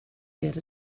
get